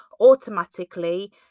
automatically